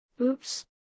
Oops